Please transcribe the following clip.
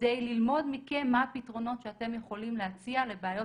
כדי ללמוד מכם מה הפתרונות שאתם יכולים להציע לבעיות